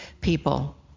people